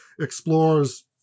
explores